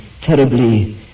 terribly